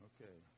Okay